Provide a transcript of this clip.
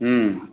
हूँ